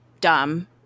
dumb